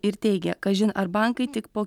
ir teigia kažin ar bankai tik po